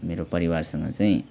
मेरो परिवारसँग चाहिँ